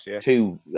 two